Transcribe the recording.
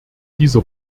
dieser